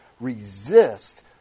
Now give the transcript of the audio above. resist